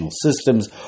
systems